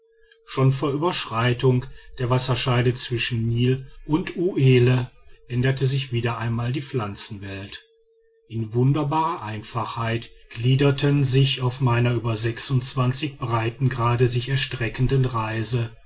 schon vor überschreitung der wasserscheide zwischen nil und uelle ändert sich wieder einmal die pflanzenwelt in wunderbarer einfachheit gliederten sich auf meiner über breitengrade sich erstreckenden reise